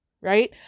right